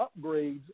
upgrades